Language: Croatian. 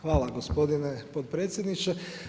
Hvala gospodine potpredsjedniče.